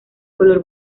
color